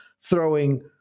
throwing